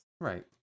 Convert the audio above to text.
right